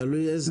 תלוי מה ההכנסה.